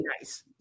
nice